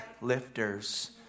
lifters